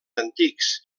antics